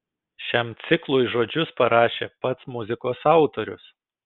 šiam ciklui žodžius parašė pats muzikos autorius